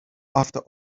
after